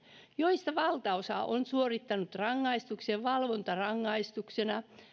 joista valtaosa on suorittanut rangaistuksen valvontarangaistuksena